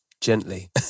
gently